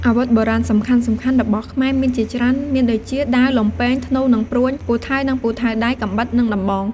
អាវុធបុរាណសំខាន់ៗរបស់ខ្មែរមានជាច្រើន មានដូចជា ដាវ លំពែង ធ្នូ និងព្រួញ ពូថៅ និងពូថៅដៃ កាំបិត និងដំបង។